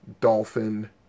Dolphin